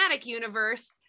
universe